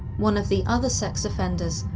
one of the other sex offenders,